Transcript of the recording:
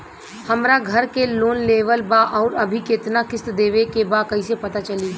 हमरा घर के लोन लेवल बा आउर अभी केतना किश्त देवे के बा कैसे पता चली?